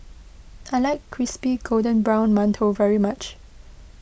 I like Crispy Golden Brown Mantou very much